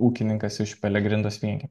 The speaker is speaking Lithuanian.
ūkininkas iš pelegrindos vienkienio